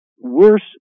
worse